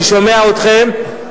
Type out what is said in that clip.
אני שומע אתכם,